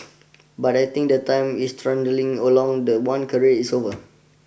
but I think the time is trundling along the one career is over